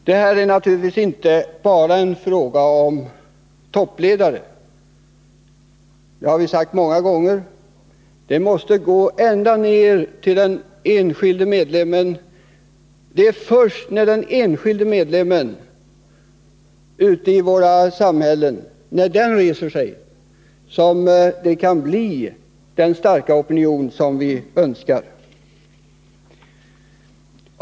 Det här är naturligtvis inte bara en fråga om toppledare, det har vi sagt många gånger. Detta måste gå ända ned till den enskilde medlemmen. Det är först när den enskilde medlemmen ute i samhället reser sig som det kan bli den starka opinion som vi önskar.